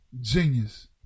genius